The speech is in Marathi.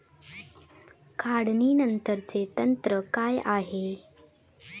काढणीनंतरचे तंत्र काय आहे?